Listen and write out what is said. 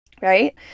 right